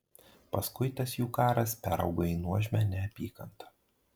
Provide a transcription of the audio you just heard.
paskui tas jų karas peraugo į nuožmią neapykantą